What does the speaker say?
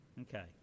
Okay